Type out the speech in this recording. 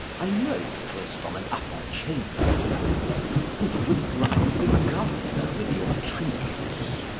i know twas from an upper chamber thrown and you would bribe the gardener with your trinkets.